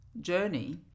journey